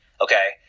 Okay